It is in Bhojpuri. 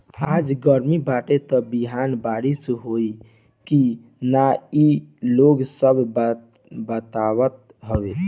आज गरमी बाटे त बिहान बारिश होई की ना इ लोग सब बतावत हवे